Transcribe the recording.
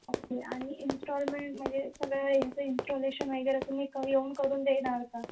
okay आणि installment म्हणजे सगळ्या याचं इंस्टॉलेशन वगैरे तुम्ही क् येऊन करून देणार का